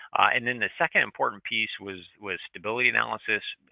and then, the second important piece was was stability analysis.